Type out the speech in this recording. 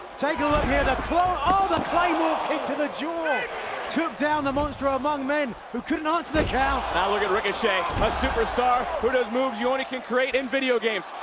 take a look here. the the claymore kick to the jaw took down the monster ah among men who could not took the count. now look at ricochet, a superstar who does moves you only can create in video games.